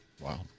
Wow